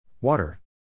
water